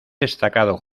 destacado